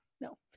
no